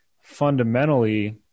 fundamentally